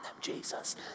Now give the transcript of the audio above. Jesus